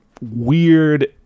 weird